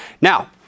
Now